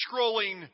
scrolling